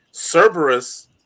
Cerberus